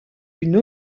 une